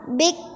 big